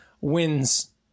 wins